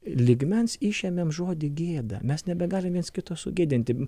lygmens išėmėm žodį gėda mes nebegalim viens kito sugėdinti